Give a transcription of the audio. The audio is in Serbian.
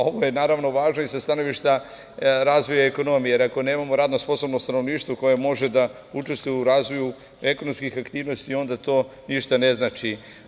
Ovo je, naravno, važno i za stanovišta razvoja i ekonomije, jer ako nemamo radno sposobno stanovništvo koje može da učestvuje u razvoju ekonomskih aktivnosti, onda to ništa ne znači.